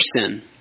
sin